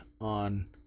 on